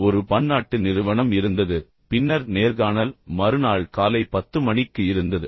ஒரு பன்னாட்டு நிறுவனம் இருந்தது பின்னர் நேர்காணல் மறுநாள் காலை 10 மணிக்கு இருந்தது